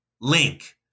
Link